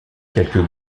quelques